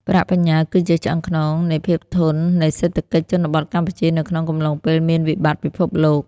ប្រាក់បញ្ញើគឺជា "ឆ្អឹងខ្នង" នៃភាពធន់នៃសេដ្ឋកិច្ចជនបទកម្ពុជានៅក្នុងកំឡុងពេលមានវិបត្តិពិភពលោក។